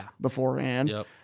beforehand